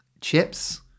chips